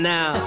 Now